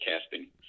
casting